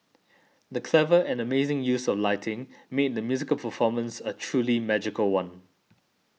the clever and amazing use of lighting made the musical performance a truly magical one